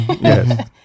Yes